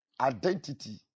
identity